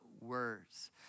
words